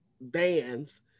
bands